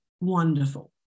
wonderful